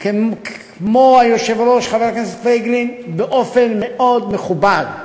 כמו היושב-ראש חבר הכנסת פייגלין באופן מאוד מכובד,